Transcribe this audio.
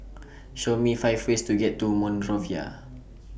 Show Me five ways to get to Monrovia